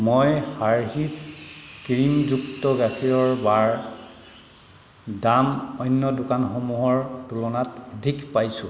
মই হাৰ্সীছ ক্ৰীমযুক্ত গাখীৰৰ বাৰ দাম অন্য দোকানসমূহৰ তুলনাত অধিক পাইছোঁ